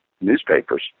newspapers